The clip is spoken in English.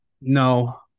No